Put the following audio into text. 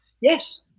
yes